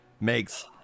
makes